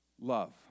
love